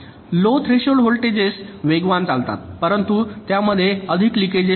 low threshold voltages वेगवान चालतात परंतु त्यामध्ये अधिक लिकेज असते